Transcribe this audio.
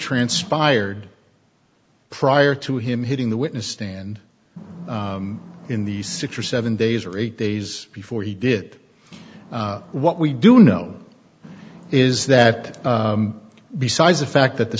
transpired prior to him hitting the witness stand in the six or seven days or eight days before he did what we do know is that besides the fact that the